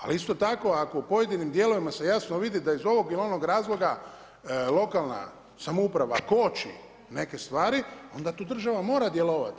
Ali isto tako, ako u pojedinim dijelovima se jasno vidi da iz ovog ili onog razloga lokalna samouprava koči neke stvari, onda tu država mora djelovati.